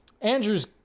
Andrew's